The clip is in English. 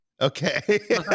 okay